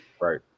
Right